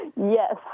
yes